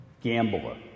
gambler